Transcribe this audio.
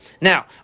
Now